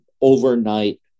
overnight